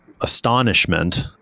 astonishment